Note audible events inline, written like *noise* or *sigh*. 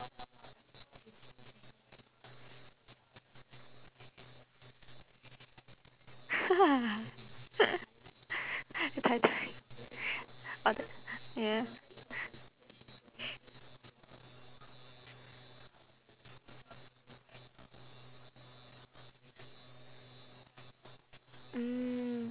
*noise* a tai tai all that ya